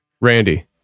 Randy